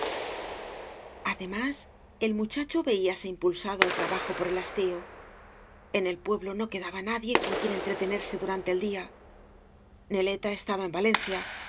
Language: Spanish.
además el muchacho veíase impulsado al trabajo por el hastío en el pueblo no quedaba nadie coa quien entretenerse durante el día neleta es taba en valencia y